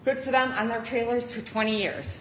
good for them and their trailers for twenty years